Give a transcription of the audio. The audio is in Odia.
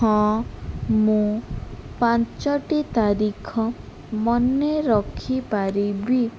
ହଁ ମୁଁ ପାଞ୍ଚଟି ତାରିଖ ମନେରଖି ପାରିବି